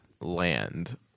land